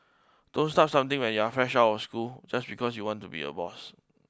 don't start something when you're fresh out of school just because you want to be a boss